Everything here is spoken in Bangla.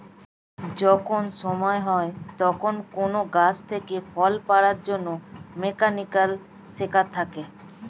যখন সময় হয় তখন কোন গাছ থেকে ফল পাড়ার জন্যে মেকানিক্যাল সেকার থাকে